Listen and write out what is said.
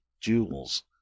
jewels